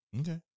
Okay